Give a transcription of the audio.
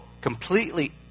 completely